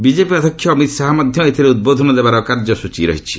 BJP ଅଧ୍ୟକ୍ଷ ଅମିତ୍ ଶାହା ମଧ୍ୟ ଏଥିରେ ଉଦବୋଧନ ଦେବାର କାର୍ଯ୍ୟକ୍ରମ ରହିଛି